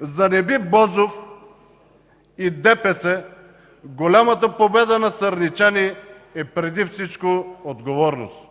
За Неби Бозов и ДПС голямата победа на сърничани е преди всичко отговорност.